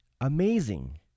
amazing